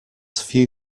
few